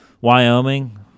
Wyoming